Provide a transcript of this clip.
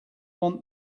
want